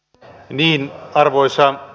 tyttö hyvällä tavalla